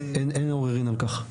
אין עוררין על כך.